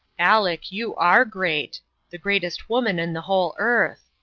aleck, you are great the greatest woman in the whole earth!